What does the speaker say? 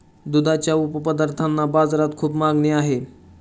दुधाच्या उपपदार्थांना बाजारात खूप मागणी आहे